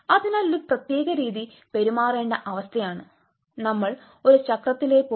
അതിനാൽ ഒരു പ്രത്യേക രീതിയിൽ പെരുമാറേണ്ട അവസ്ഥയാണ് നമ്മൾ ഒരു ചക്രത്തിനേ പോലെ